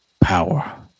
power